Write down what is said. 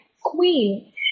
queen